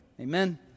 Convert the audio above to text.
Amen